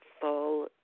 full